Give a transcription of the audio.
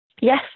Yes